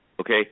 Okay